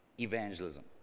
evangelism